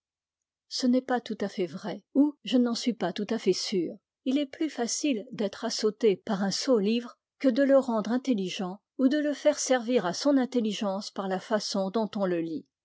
mauvaises ce n'est pas tout à fait vrai ou je n'en suis pas tout à fait sûr il est plus facile d'être assoté par un sot livre que de le rendre intelligent ou de le faire servir à son intelligence par la façon dont on le lit